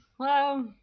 Hello